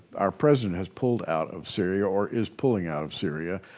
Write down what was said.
our president has pulled out of syria or is pulling out of syria.